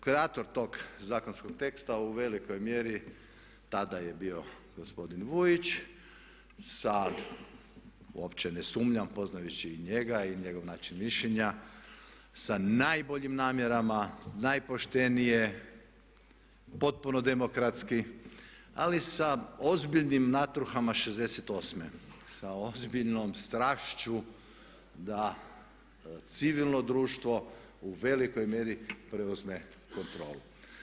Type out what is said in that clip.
Kreator tog zakonskog teksta u velikoj mjeri tada je bio gospodin Vujić sa uopće ne sumnjam, poznajući i njega i njegov način mišljenja sa najboljim namjerama, najpoštenije, potpuno demokratski ali sa ozbiljnim natruhama '68., sa ozbiljnom strašću da civilno društvo u velikoj mjeri preuzme kontrolu.